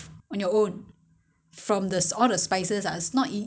you know the ingredients like garlic or whatever you know